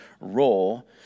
role